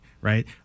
right